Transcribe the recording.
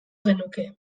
genuke